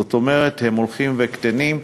זאת אומרת הם הולכים וקטנים.